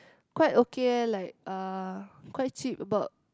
quite okay eh like uh quite cheap about